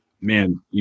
man